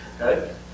okay